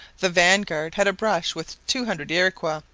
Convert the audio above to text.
the vanguard had a brush with two hundred iroquois,